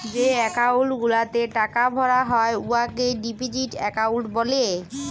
যে একাউল্ট গুলাতে টাকা ভরা হ্যয় উয়াকে ডিপজিট একাউল্ট ব্যলে